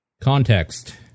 Context